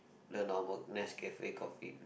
the normal Nescafe coffee